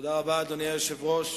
אדוני היושב-ראש,